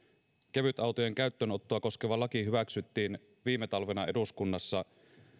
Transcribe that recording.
kevytautojen käyttöönottoa koskeva laki hyväksyttiin viime talvena eduskunnassa